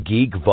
Geek